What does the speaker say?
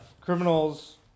criminals